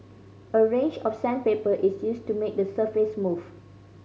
a range of sandpaper is used to make the surface smooth